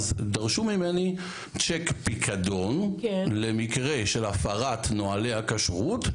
אז דרשו ממני צ'ק פיקדון למקרה של הפרת נהלי הכשרות.